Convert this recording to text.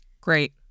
Great